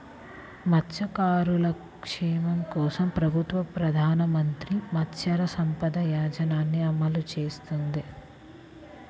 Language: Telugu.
మత్స్యకారుల సంక్షేమం కోసం ప్రభుత్వం ప్రధాన మంత్రి మత్స్య సంపద యోజనని అమలు చేస్తోంది